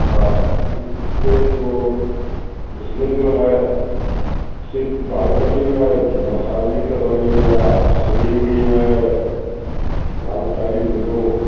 हा यह तो इसमें जो है सिर्फ़ बाल कटिंग है कि मसाज भी करवाइएगा शरीर भी है बाल दाड़ी दोनों